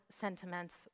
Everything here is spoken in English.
sentiments